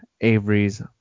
Avery's